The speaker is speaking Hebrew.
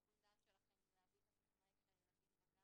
ושיקול הדעת שלכם אם להביא את הטכנאי כשהילדים בגן